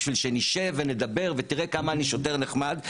כדי שנשב ונדבר ותראה כמה אני שוטר נחמד.